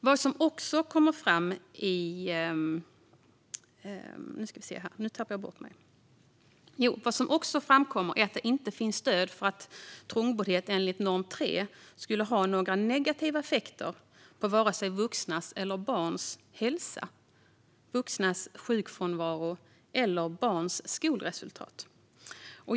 Vad som också framkommer är att det inte finns stöd för att trångboddhet enligt norm 3 skulle ha några negativa effekter på vare sig vuxnas eller barns hälsa, vuxnas sjukfrånvaro eller barns skolresultat.